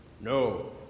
No